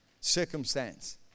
circumstance